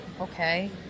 Okay